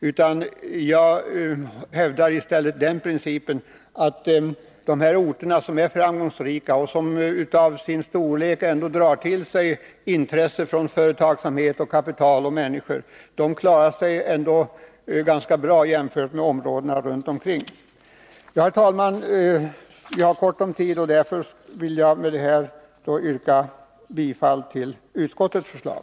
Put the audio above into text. Jag hävdar i stället den principen att de orter som är framgångsrika och på grund av sin storlek ändå drar till sig intresse från människor, företagsamhet och kapital, de klarar sig bra jämfört med områdena runt omkring. Herr talman! Vi har ont om tid, och jag vill därför begränsa mig till detta och yrka bifall till utskottets förslag.